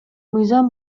мыйзам